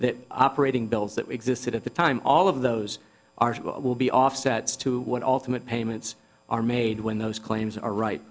that operating bills that existed at the time all of those are will be offsets to what ultimate payments are made when those claims are right